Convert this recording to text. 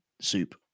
soup